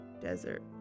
Desert